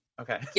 okay